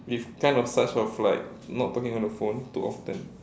we've kind of such of like not talking on the phone too often